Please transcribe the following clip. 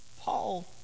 Paul